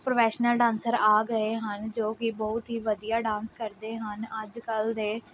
professional dancer ਆ ਗਏ ਹਨ ਜੋ ਕਿ ਬਹੁਤ ਹੀ ਵਧੀਆ ਡਾਂਸ ਕਰਦੇ ਹਨ ਅੱਜ ਕੱਲ੍ਹ ਦੇ